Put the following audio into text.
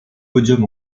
podiums